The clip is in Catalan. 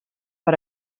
per